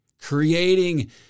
creating